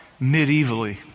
medievally